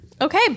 Okay